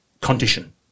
condition